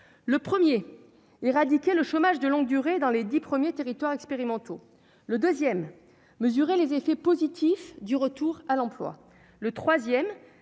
: le 1er éradiquer le chômage de longue durée dans les 10 premiers territoires expérimentaux, le 2ème mesuré les effets positifs du retour à l'emploi, le 3ème